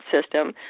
system